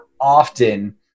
often